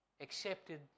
accepted